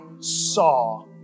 saw